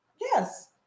yes